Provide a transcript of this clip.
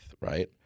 right